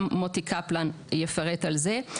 מוטי קפלן יפרט גם על זה.